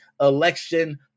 election